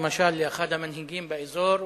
למשל לאחד המנהיגים באזור,